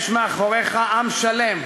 יש מאחוריך עם שלם,